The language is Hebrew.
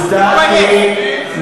תתבייש.